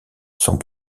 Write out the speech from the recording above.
sont